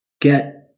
Get